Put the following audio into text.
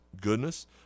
goodness